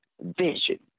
vision